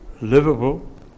livable